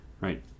right